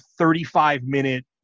35-minute